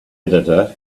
editor